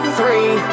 Three